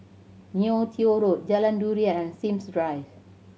Neo Tiew Road Jalan Durian and Sims Drive